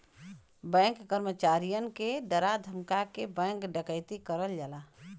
bank कर्मचारियन के डरा धमका के बैंक डकैती करल जाला